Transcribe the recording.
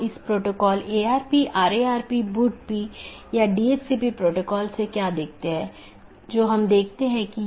तो AS1 में विन्यास के लिए बाहरी 1 या 2 प्रकार की चीजें और दो बाहरी साथी हो सकते हैं